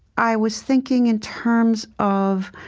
i was thinking in terms of